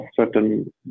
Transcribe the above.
certain